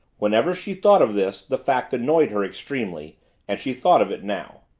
whenever she thought of this the fact annoyed her extremely and she thought of it now.